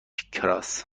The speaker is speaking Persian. کراس